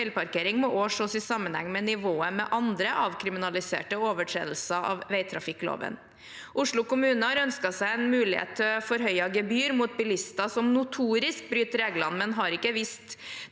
feilparkering må også sees i sammenheng med nivået ved andre avkriminaliserte overtredelser av vegtrafikklovgivningen. Oslo kommune har ønsket seg en mulighet til forhøyet gebyr mot bilister som notorisk bryter reglene, men har ikke vist